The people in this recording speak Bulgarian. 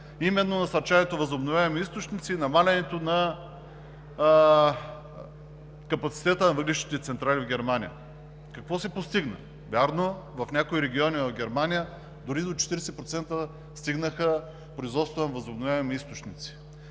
именно насърчаването на възобновяеми източници и намаляването на капацитета на въглищните централи в Германия. Какво се постигна? Вярно, в някои региони на Германия производството на възобновяеми източници